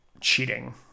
cheating